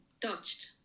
touched